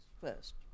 first